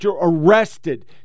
arrested